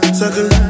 circle